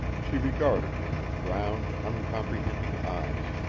she regarded him with round uncomprehending eyes.